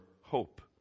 hope